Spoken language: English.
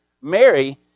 Mary